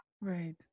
Right